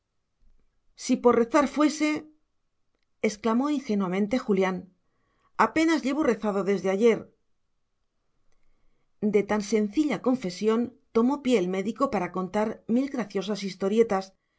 si por rezar fuese exclamó ingenuamente julián apenas llevo rezado desde ayer de tan sencilla confesión tomó pie el médico para contar mil graciosas historietas